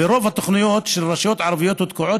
ורוב התוכניות של הרשויות הערביות תקועות